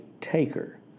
taker